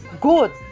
good